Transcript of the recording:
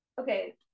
Okay